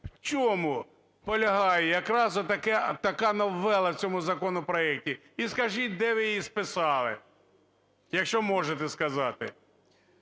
в чому полягає якраз от така новела в цьому законопроекті. І скажіть, де ви її списали. Якщо можете сказати.